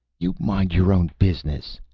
you mind your own business!